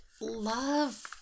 love